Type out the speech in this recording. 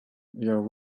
your